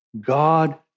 God